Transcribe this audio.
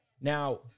Now